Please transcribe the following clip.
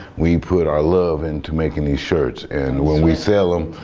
we put our love into making these shirts and when we sell them,